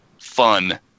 fun